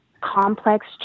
complex